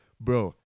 Bro